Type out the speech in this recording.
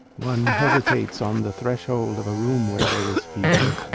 one hesitates on the threshold of a room where there is fever,